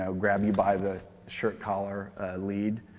ah grab you by the shirt collar lead,